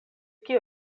kio